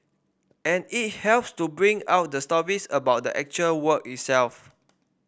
and it helps to bring out the stories about the actual work itself